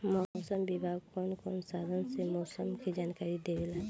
मौसम विभाग कौन कौने साधन से मोसम के जानकारी देवेला?